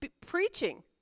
preaching